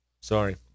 Sorry